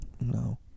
No